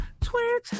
Twitter